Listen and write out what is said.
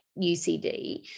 UCD